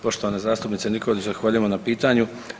Poštovana zastupnice Nikolić zahvaljujem na pitanju.